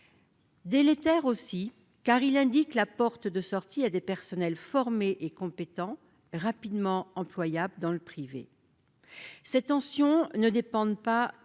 Délétère aussi, car elle indique la porte de sortie à des personnels formés et compétents, rapidement employables dans le privé. Certes, ces tensions ne dépendent pas